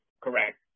correct